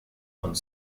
und